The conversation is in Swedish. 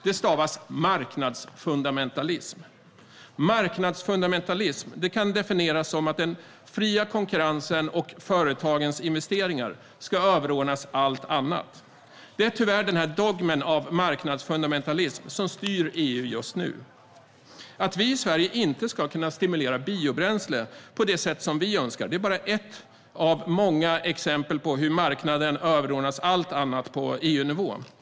Det stavas marknadsfundamentalism. Marknadsfundamentalism kan definieras som att den fria konkurrensen och företagens investeringar ska överordnas allt annat. Det är tyvärr denna dogm av marknadsfundamentalism som styr EU just nu. Att vi i Sverige inte ska kunna stimulera biobränsle på det sätt som vi önskar är bara ett av många exempel på hur marknaden överordnas allt annat på EU-nivå.